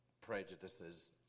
prejudices